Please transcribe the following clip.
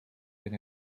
been